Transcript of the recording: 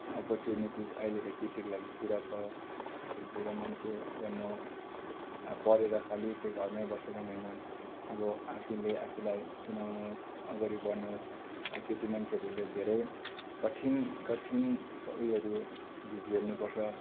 opportunities अहिले त केटीको लागि पुरा छ ठुलठुलो मान्छे बनोस् अब पढेर खालि त्यो घरमै बसेर पनि होइन अब आफैले आफैलाई चिनाउनुहोस् अगाडि बढ्नुहोस् केटी मान्छेहरूले धेरै कठिन कठिन स उयोहरू ज झेल्नुपर्छ